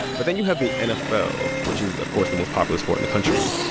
but then you have the nfl, which is, of course, the most popular sport in the country.